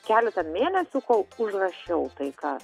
keletą mėnesių kol užrašiau tai ką